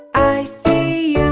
i see